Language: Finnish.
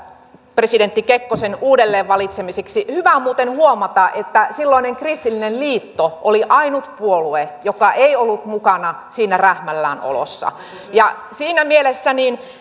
presidentti kekkosen uudelleen valitsemiseksi hyvä on muuten huomata että silloinen kristillinen liitto oli ainut puolue joka ei ollut mukana siinä rähmälläänolossa siinä mielessä